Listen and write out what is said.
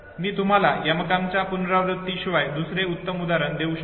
मी तुम्हाला यमकांच्या पुनआवृत्ती शिवाय दुसरे उत्तम उदाहरण देऊ शकत नाही